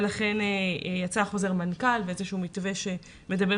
ולכן יצא חוזר מנכ"ל ואיזשהו מתווה שמדבר